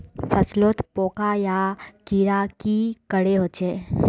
फसलोत पोका या कीड़ा की करे होचे?